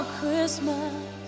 Christmas